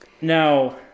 Now